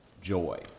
joy